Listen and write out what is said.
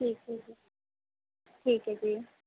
ਠੀਕ ਹੈ ਜੀ ਠੀਕ ਹੈ ਜੀ